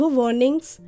warnings